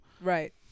Right